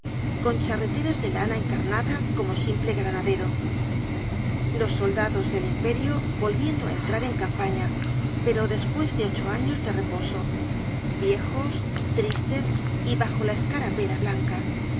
con charreteras delana encarnada como simple granadero los soldados del imperio volviendo á entrar en campaña pero despues de ocho años de reposo viejos tristes y bajola escarapela blanca